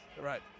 Right